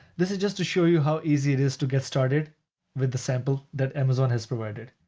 this is just to show you how easy it is to get started with the sample that amazon has provided.